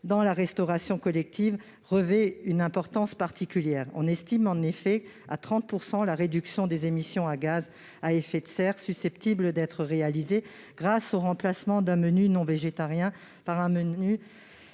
dans la restauration collective, revêt une importance particulière. En effet, on estime à 30 % la réduction des émissions de gaz à effet de serre susceptible de résulter du remplacement d'un menu non végétarien par un menu